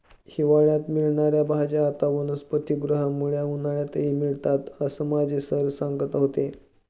हिवाळ्यात मिळणार्या भाज्या आता वनस्पतिगृहामुळे उन्हाळ्यातही मिळतात असं माझे सर सांगत होते